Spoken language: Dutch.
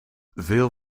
veel